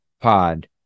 Pod